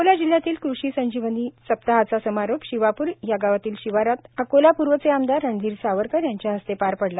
अकोला जिल्ह्यातील कृषी संजीवनी सप्ताहचा समारोप शिवापूर यागावातील शिवारात अकोला पूर्वचे आमदार रणधीर सावरकर यांच्या हस्ते पार पडला